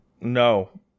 No